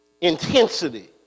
intensity